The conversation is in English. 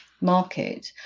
market